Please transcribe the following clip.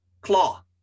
claw